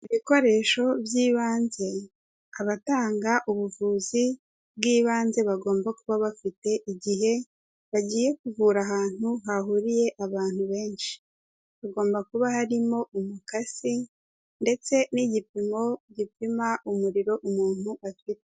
Ibikoresho by'ibanze abatanga ubuvuzi bw'ibanze bagomba kuba bafite igihe bagiye kuvura ahantu hahuriye abantu benshi, hagomba kuba harimo umukasi ndetse n'igipimo gipima umuriro umuntu afite.